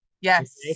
Yes